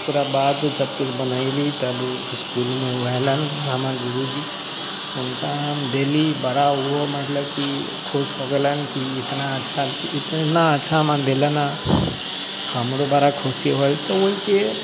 ओकराबाद सबकिछु बनैली तब इसकुलमे ओ अइलन हमर गुरुजी हुनका हम देली बड़ा ओहो मतलब कि खुश हो गेलन कि एतना अच्छा चीज एतना अच्छा हमरा देलन हँ हमरो बड़ा खुशी होइल तऽ ओहिके